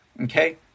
Okay